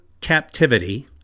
captivity